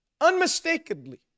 unmistakably